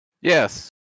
Yes